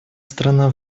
страна